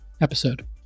episode